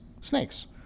Snakes